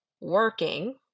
working